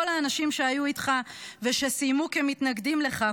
כל האנשים שהיו איתך ושסיימו כמתנגדים לך,